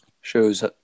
shows